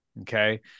Okay